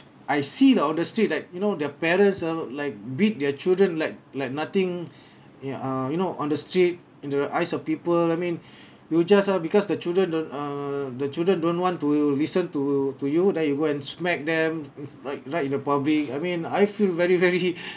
I see the on the street like you know the parents ah like beat their children like like nothing ya err you know on the street in the eyes of people I mean you just ah because the children don't err the children don't want to listen to to you then you go and smack them ri~ right in the public I mean I feel very very